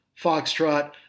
foxtrot